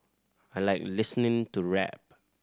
I like listening to rap